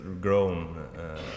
grown